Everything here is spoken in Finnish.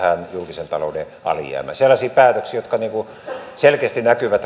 julkisen talouden alijäämään sellaisia päätöksiä jotka selkeästi näkyvät